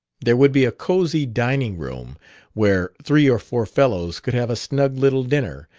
there would be a cozy dining-room where three or four fellows could have a snug little dinner,